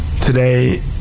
today